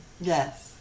Yes